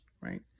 right